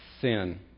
sin